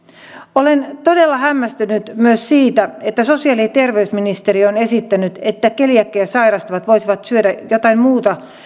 olen todella hämmästynyt myös siitä että sosiaali ja ja terveysministeriö on esittänyt että keliakiaa sairastavat voisivat syödä jotain muuta